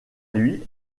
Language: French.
lui